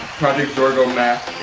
project zorgo mask,